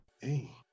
Hey